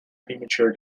premature